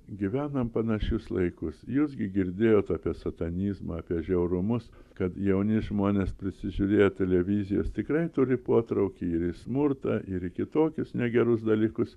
gyvenam panašius laikus jūs gi girdėjot apie satanizmą apie žiaurumus kad jauni žmonės prisižiūrėję televizijos tikrai turi potraukį ir į smurtą ir į kitokius negerus dalykus